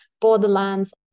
borderlands